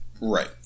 Right